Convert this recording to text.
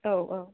औ औ